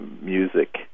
music